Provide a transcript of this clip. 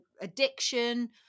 addiction